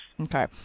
Okay